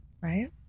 right